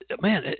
man